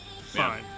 fine